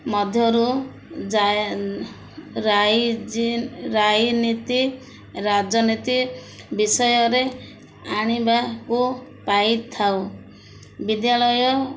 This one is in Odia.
ମଧ୍ୟରୁ ରାଜନୀତି ବିଷୟରେ ଆଣିବାକୁ ପାଇଥାଉ ବିଦ୍ୟାଳୟ